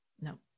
no